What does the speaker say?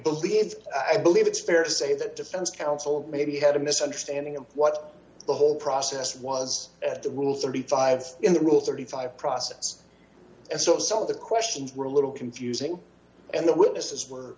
believe is i believe it's fair to say that defense counsel maybe had a misunderstanding of what the whole process was at the rule thirty five in the rule thirty five process and so some of the questions were a little confusing and the witnesses were